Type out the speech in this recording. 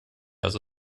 also